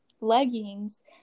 leggings